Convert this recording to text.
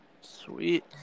Sweet